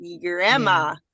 grandma